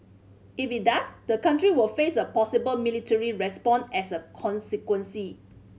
if it does the country will face a possible military response as a consequence